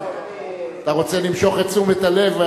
אתה רוצה למשוך את תשומת הלב?